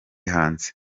hanze